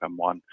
M1